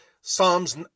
Psalms